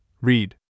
read